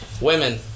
Women